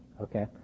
Okay